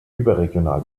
überregional